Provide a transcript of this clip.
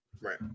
Right